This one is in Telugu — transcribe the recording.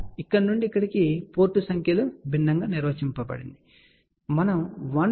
కాబట్టి ఇక్కడ నుండి ఇక్కడికి పోర్ట్ సంఖ్యలు భిన్నంగా నిర్వచించబడిందని మీరు గమనించవచ్చు సరే